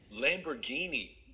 Lamborghini